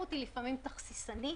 תחרות היא לפעמים תכסיסנית,